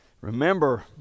Remember